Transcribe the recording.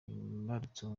imbarutso